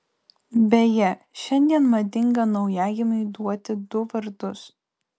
beje šiandien madinga naujagimiui duoti du vardus